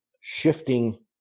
shifting